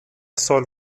سال